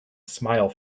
smile